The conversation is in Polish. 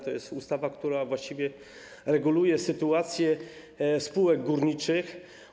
To ustawa, która właściwie reguluje sytuację spółek górniczych.